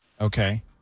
Okay